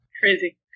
Crazy